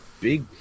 big